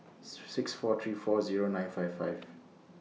six four three four Zero nine five five